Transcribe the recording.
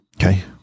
Okay